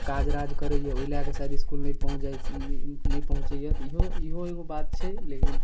काजराज करैए ओहि लऽ कऽ शायद इसकुलमे पहुँच नहि पहुंँचैए तऽ इहो इहो एगो बात छै लेकिन